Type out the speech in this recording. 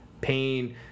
pain